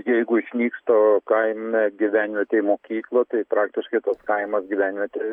jeigu išnyksta kaime gyvenvietėj mokykla tai praktiškai tas kaimas gyvenvietė